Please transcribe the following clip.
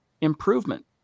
improvement